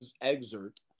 excerpt